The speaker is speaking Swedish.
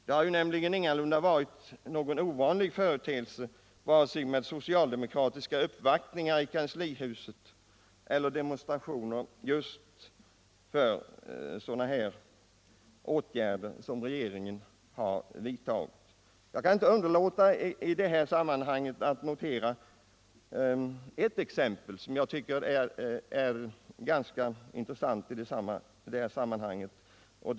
Det har nämligen ingalunda varit någon ovanlig företeelse med vare sig socialdemokratiska uppvaktningar i kanslihuset eller demonstrationer just för sådana åtgärder som regeringen vidtagit. Jag kan inte underlåta att i sammanhanget nämna ett exempel som jag tycker är intressant och som illustrerar verkligheten.